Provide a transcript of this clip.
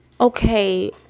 Okay